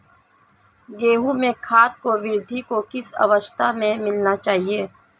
गेहूँ में खाद को वृद्धि की किस अवस्था में मिलाना चाहिए?